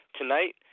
tonight